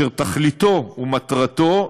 אשר תכליתו ומטרתו,